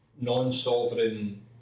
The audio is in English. non-sovereign